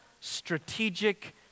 strategic